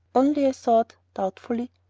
only i thought, doubtfully,